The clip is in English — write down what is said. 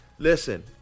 Listen